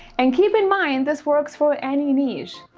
and keep in mind, this works for any niche.